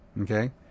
Okay